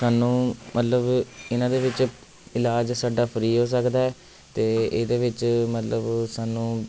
ਸਾਨੂੰ ਮਤਲਬ ਇਹਨਾਂ ਦੇ ਵਿੱਚ ਇਲਾਜ ਸਾਡਾ ਫ੍ਰੀ ਹੋ ਸਕਦਾ ਹੈ ਅਤੇ ਇਹਦੇ ਵਿੱਚ ਮਤਲਬ ਸਾਨੂੰ